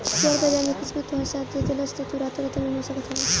share बाजार में किस्मत तोहार साथ दे देहलस तअ तू रातो रात अमीर हो सकत हवअ